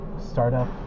startup